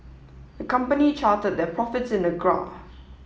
the company charted their profits in a graph